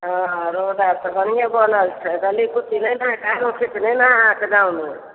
हँ रोड आर तऽ बढ़िएँ बनल छै गलीकुची नहि ने थालोकिच नहि ने ऽ होएत अहाँकऽ गाँवमे